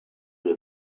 sew